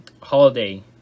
holiday